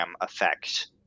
effect